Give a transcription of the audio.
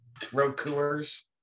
rokuers